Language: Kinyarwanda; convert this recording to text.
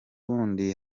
bundi